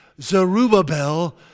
Zerubbabel